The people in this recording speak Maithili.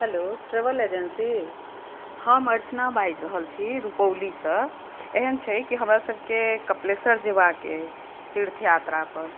हेलो ट्रेवल एजेन्सी हम अर्चना बाजि रहल छी रुपौलीसँ एहन छै कि हमरासभकेँ कपिलेश्वर जयबाक अइ तीर्थयात्रा पर